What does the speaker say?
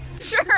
Sure